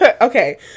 Okay